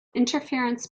interference